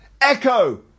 echo